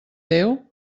déu